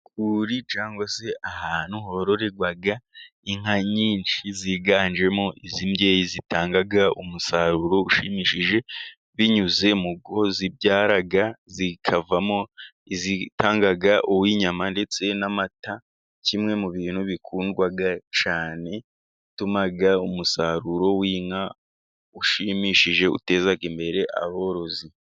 Ku rwuri cyangwa se ahantu hororerwa inka nyinshi, ziganjemo iz'imbyeyi zitanga umusaruro ushimishije, binyuze mu ko zibyara zikavamo izitanga uw'inyama ndetse n'amata, kimwe mu bintu bikundwa cyane bituma umusaruro w'inka ushimishije, uteza imbere aborozi.